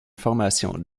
formation